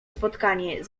spotkanie